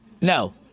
No